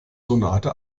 sonate